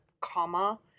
comma